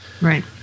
Right